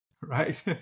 right